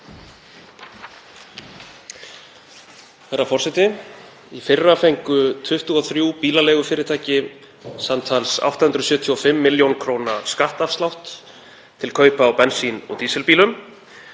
Herra forseti. Í fyrra fengu 23 bílaleigufyrirtæki samtals 875 millj. kr. skattafslátt til kaupa á bensín- og dísilbílum